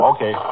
Okay